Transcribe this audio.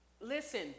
listen